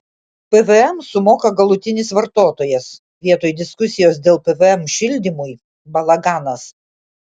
pvm sumoka galutinis vartotojas vietoj diskusijos dėl pvm šildymui balaganas